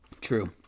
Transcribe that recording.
True